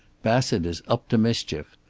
bassett is up to mischief.